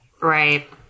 Right